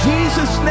Jesus